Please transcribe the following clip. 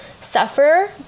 suffer